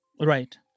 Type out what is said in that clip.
Right